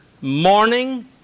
morning